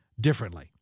differently